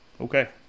Okay